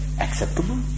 acceptable